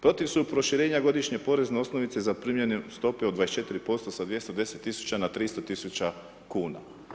Protiv su proširenja godišnje porezne osnovice zaprimljene stope od 24% sa 210 tisuća na 300 tisuća kuna.